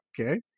Okay